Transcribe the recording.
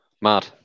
Mad